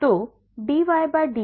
तो dydx 2x 2